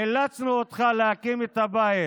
אילצנו אותך להקים את הבית